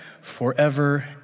forever